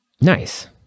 Nice